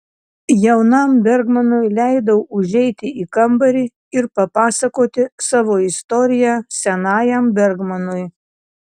jaunam bergmanui leidau užeiti į kambarį ir papasakoti savo istoriją senajam bergmanui